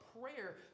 Prayer